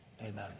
Amen